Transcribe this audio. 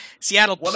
Seattle